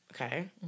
Okay